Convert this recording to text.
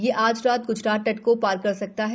यह आज रात गुजरात तट को पार कर सकता है